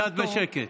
קצת בשקט.